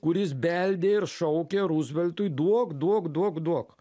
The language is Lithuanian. kuris beldė ir šaukė ruzveltui duok duok duok duok